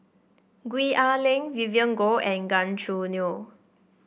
Gwee Ah Leng Vivien Goh and Gan Choo Neo